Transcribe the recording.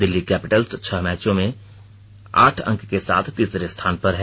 Delhi Capitals छह मैचों से आठ अंक के साथ तीसरे स्थान पर है